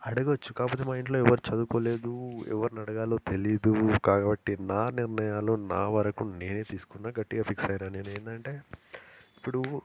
అడగవచ్చు కాకపోతే మా ఇంట్లో ఎవరూ చదువుకోలేదు ఎవరిని అడగాలో తెలియదు కాబట్టి నా నిర్ణయాలు నా వరకు నేనే తీసుకున్నాను గట్టిగా ఫిక్స్ అయినా నేను ఏంటంటే ఇప్పుడు